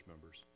members